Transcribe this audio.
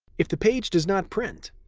if the page does not print,